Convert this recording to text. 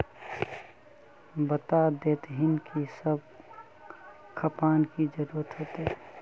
बता देतहिन की सब खापान की जरूरत होते?